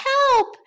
！Help